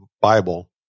Bible